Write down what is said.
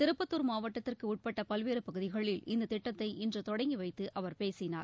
திருப்பத்தூர் மாவட்டத்திற்கு உட்பட்ட பல்வேறு பகுதிகளில் இந்த திட்டத்தை இன்று தொடங்கி வைத்து அவர் பேசினார்